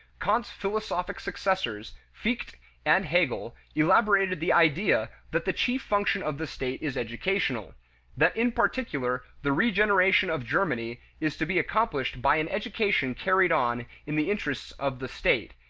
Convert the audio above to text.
kant's philosophic successors, fichte and hegel, elaborated the idea that the chief function of the state is educational that in particular the regeneration of germany is to be accomplished by an education carried on in the interests of the state,